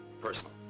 personal